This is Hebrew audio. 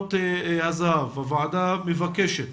משמרות הזה"ב, הוועדה מבקשת